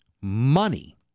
money